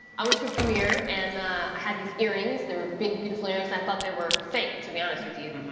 i went to a premiere and i had these earrings, they were big, beautiful earrings and i thought they were fake, to be honest with you.